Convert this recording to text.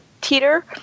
teeter